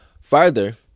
further